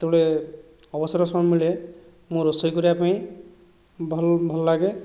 ଯେତେବେଳେ ଅବସର ସମୟ ମିଳେ ମୁଁ ରୋଷେଇ କରିବା ପାଇଁ ଭଲ ଭଲ ଲାଗେ